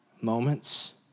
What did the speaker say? moments